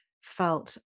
felt